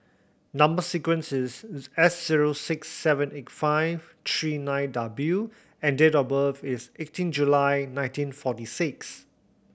number sequence is S zero six seven eight five three nine W and date of birth is eighteen July nineteen forty six